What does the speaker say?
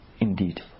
Indeed